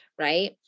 right